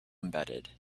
embedded